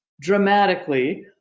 dramatically